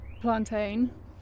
plantain